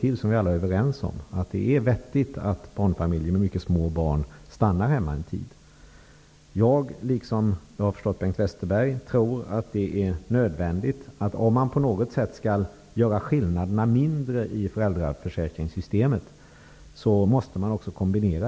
Vi är alla överens om att det är vettigt att föräldrar i barnfamiljer med små barn stannar hemma en tid. Jag tror -- liksom Bengt Westerberg, såvitt jag har förstått -- att man måste kombinera föräldraförsäkringen med någon typ av kvotering för att göra skillnaderna mindre i föräldraförsäkringssystemet.